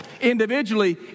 individually